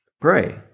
pray